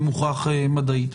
זה מוכח מדעית.